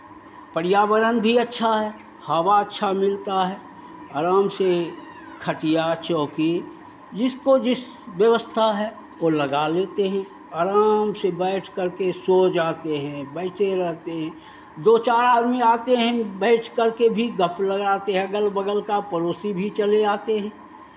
पर्यावरण भी अच्छा है हवा अच्छा मिलता है आराम से खटिया चौकी जिसको जिस व्यवस्था है वो लगा लेते हैं आराम से बैठ कर के सो जाते हैं बैठे रहते हैं दो चार आदमी आते हैं बैठ करके भी गप्प लड़ाते हैं अगल बगल का पड़ोसी भी चले आते हैं